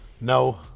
No